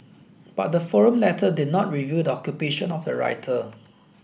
but the forum letter did not reveal the occupation of the writer